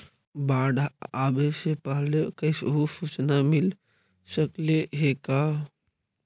बाढ़ आवे से पहले कैसहु सुचना मिल सकले हे का?